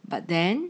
but then